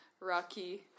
rocky